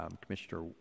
Commissioner